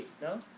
No